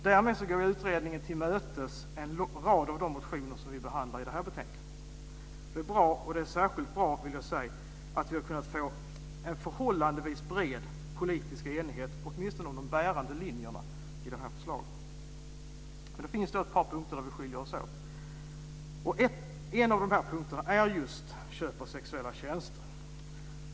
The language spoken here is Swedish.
Därmed går utredningen till mötes en rad av de motioner vi behandlar i det här betänkandet. Det är bra. Det är särskilt bra att vi har fått en förhållandevis bred politisk enighet på åtminstone de bärande linjerna i förslaget. Det finns ett par punkter där vi skiljer oss åt. En av punkterna är just köp av sexuella tjänster.